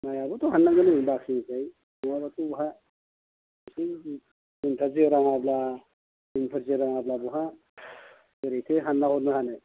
माइयाबोथ' हाननांगोन जों बाख्रिनिफ्राय नङाबाथ' बहा एसे दिनफ्रा जोरांआबा दिनफ्रा जोरांआब्ला बहा बोरैथो हानला हरनो हानो